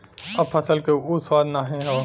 अब फसल क उ स्वाद नाही हौ